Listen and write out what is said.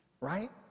Right